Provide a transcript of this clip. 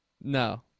No